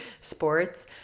sports